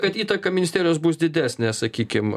kad įtaka ministerijos bus didesnė sakykim